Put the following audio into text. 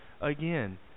again